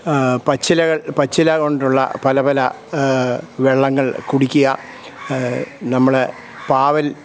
പച്ചിലകൾ പച്ചിലകൊണ്ടുള്ള പലപല വെള്ളങ്ങൾ കുടിക്കുക നമ്മളുടെ പാവൽ